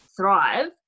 thrive